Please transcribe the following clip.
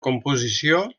composició